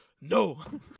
no